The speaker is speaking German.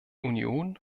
union